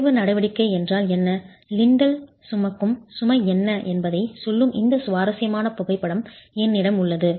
வளைவு நடவடிக்கை என்றால் என்ன லிண்டல் சுமக்கும் சுமை என்ன என்பதைச் சொல்லும் இந்த சுவாரஸ்யமான புகைப்படம் என்னிடம் உள்ளது